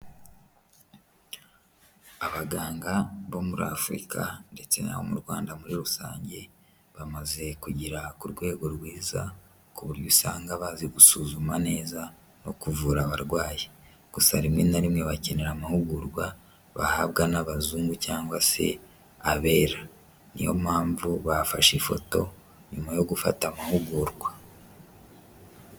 Abaganga bo muri Afurika ndetse n'abo mu Rwanda muri rusange, bamaze kugera ku rwego rwiza ku buryo usanga bazi gusuzuma neza no kuvura abarwayi gusa rimwe na rimwe bakenera amahugurwa, bahabwa n'abazungu cyangwa se abera. Niyo mpamvu bafashe ifoto nyuma yo gufata amahugurwa.